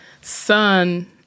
son